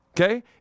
okay